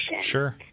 Sure